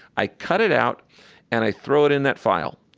i cut it out and i throw it in that file.